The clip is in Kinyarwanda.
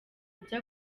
ibyo